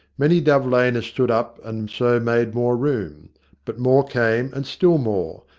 many dove laners stood up, and so made more room but more came, and still more,